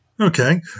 Okay